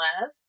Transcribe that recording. love